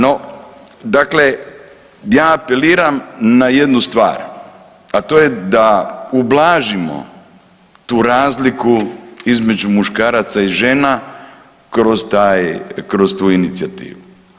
No, dakle ja apeliram na jednu stvar, a to je da ublažimo tu razliku između muškaraca i žena kroz taj, kroz tu inicijativu.